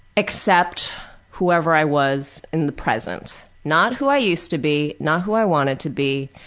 accept whoever i was in the present. not who i used to be. not who i wanted to be.